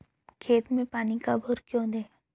खेत में पानी कब और क्यों दें?